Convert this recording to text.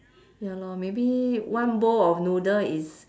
ya lor maybe one bowl of noodle is